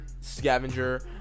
Scavenger